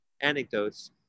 anecdotes